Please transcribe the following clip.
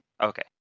Okay